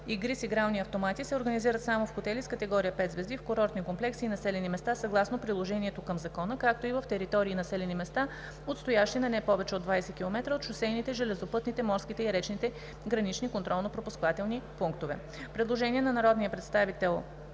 игри с игрални автомати се организират само в хотели с категория пет звезди, в курортни комплекси и населени места съгласно приложението към закона, както и в територии и населени места, отстоящи на не повече от 20 км от шосейните, железопътните, морските и речните гранични контролно-пропускателни пунктове.“.